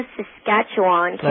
Saskatchewan